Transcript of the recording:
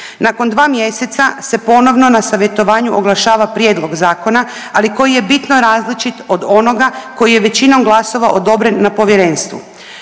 Nakon 2 mjeseca se ponovno na savjetovanju oglašava prijedlog zakona, ali koji je bitno različit od onoga koji je većinom glasova odobren na povjerenstvu.